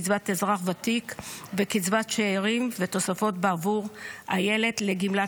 קצבת אזרח ותיק וקצבת שאירים ותוספות בעבור הילד לגמלת